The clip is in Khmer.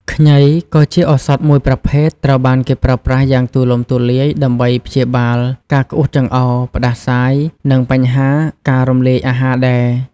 ខ្ញី ក៏ជាឱសថមួយប្រភេទ ត្រូវបានគេប្រើប្រាស់យ៉ាងទូលំទូលាយដើម្បីព្យាបាលការក្អួតចង្អោរ ផ្តាសាយ និងបញ្ហាការរំលាយអាហារដែរ។